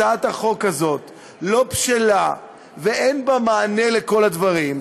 הצעת החוק הזו לא בשלה ואין בה מענה על כל הדברים,